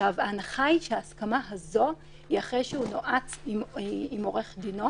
ההנחה היא שההסכמה הזאת היא אחרי שהוא התייעץ עם עורך דינו.